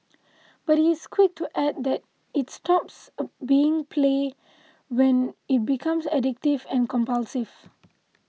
but he is quick to add that it stops being play when it becomes addictive and compulsive